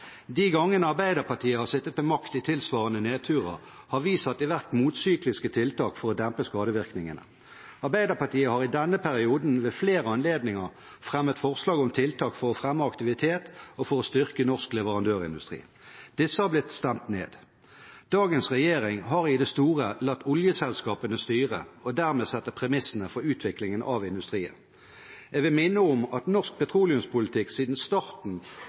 De gangene Arbeiderpartiet har sittet ved makt i tilsvarende nedturer, har vi satt i verk motsykliske tiltak for å dempe skadevirkningene. Arbeiderpartiet har i denne perioden ved flere anledninger fremmet forslag om tiltak for å fremme aktivitet og for å styrke norsk leverandørindustri. Disse har blitt stemt ned. Dagens regjering har i det store latt oljeselskapene styre og dermed sette premissene for utviklingen av industrien. Jeg vil minne om at norsk petroleumspolitikk siden starten